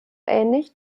ähnlich